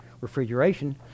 refrigeration